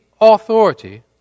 authority